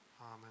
Amen